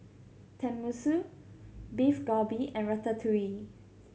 Tenmusu Beef Galbi and Ratatouille